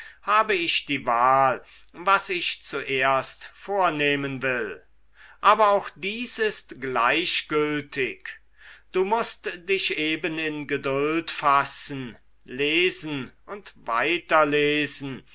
habe ich die wahl was ich zuerst vornehmen will aber auch dies ist gleichgültig du mußt dich eben in geduld fassen lesen und